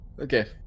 Okay